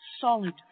Solid